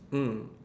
mm